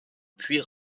puis